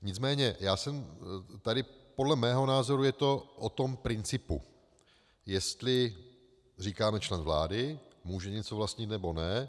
Nicméně já jsem tady podle mého názoru je to o tom principu, jestli říkáme: člen vlády může něco vlastnit, nebo ne.